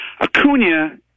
Acuna